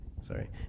sorry